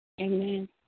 Amen